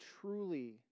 truly